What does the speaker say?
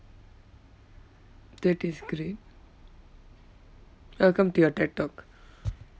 that is great I'll come to your TED talk